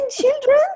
children